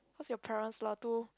what's your parents